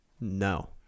No